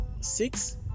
Six